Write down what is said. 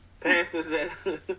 Panthers